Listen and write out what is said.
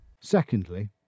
Secondly